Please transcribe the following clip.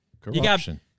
Corruption